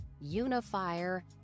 unifier